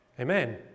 Amen